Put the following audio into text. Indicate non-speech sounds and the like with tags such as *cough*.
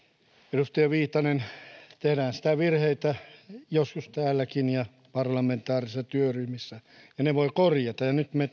edustaja viitanen tehdään sitä virheitä joskus täälläkin ja parlamentaarisissa työryhmissä ja ne voi korjata ja nyt me *unintelligible*